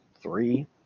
three